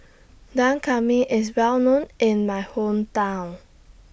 Dak Come MI IS Well known in My Hometown